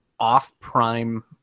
off-prime